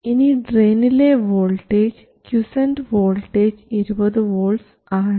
ഇനി ഡ്രയിനിലെ voltage quiescent voltage 20 volts ആണ്